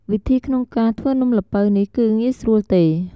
វិធីក្នុងការធ្វើនំល្ពៅនេះគឺងាយស្រួលទេ។